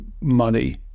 money